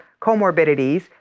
comorbidities